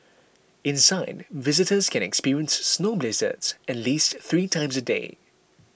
inside visitors can experience snow blizzards at least three times a day